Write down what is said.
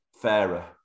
fairer